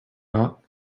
not